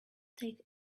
take